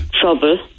trouble